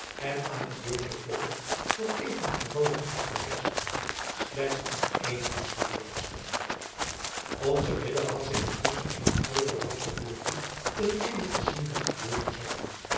en aan het deurtje kloppen dat even vervallen als de rest slechts aan één hengsel meer vasthing onze ridder had zich intusschen in het kreupelhout verborgen ten einde te zien wat gebeuren zoude